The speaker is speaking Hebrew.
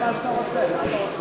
תעשה מה שאתה רוצה,